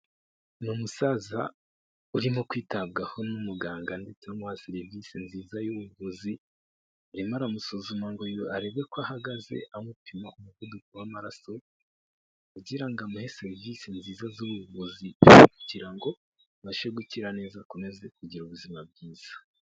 N'umusaza urimo kwitabwaho n'umuganga ndetse amuha serivisi nziza y'ubuvuzi, arimo aramusuzuma ngo arebe ko ahagaze amupima umuvuduko w'amaraso kugira ngo amuhe serivisi nziza z'ubuvuzi kugira ngo abashe gukira neza akomeze kugira ubuzima bwiza.